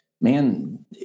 man